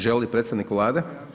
Želi li predstavnik Vlade?